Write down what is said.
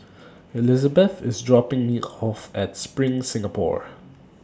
Elisabeth IS dropping Me off At SPRING Singapore